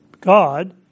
God